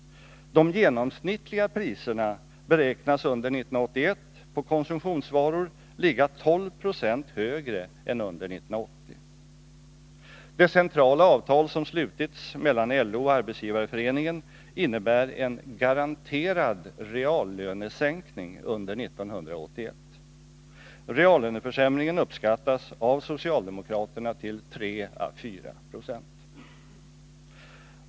De genomsnittliga priserna på konsumtionsvaror beräknas under 1981 ligga 12 70 högre än under 1980. Det centrala avtal som slutits mellan LO och Arbetsgivareföreningen innebär en garanterad reallönesänkning under 1981. Reallöneförsämringen uppskattas av socialdemokraterna till 3-4 96.